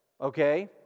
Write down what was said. okay